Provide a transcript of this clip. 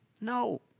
No